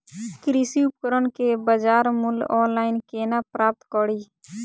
कृषि उपकरण केँ बजार मूल्य ऑनलाइन केना प्राप्त कड़ी?